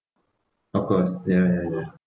of course ya ya ya